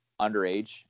underage